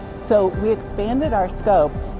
so, we expanded our scope.